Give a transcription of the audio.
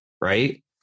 right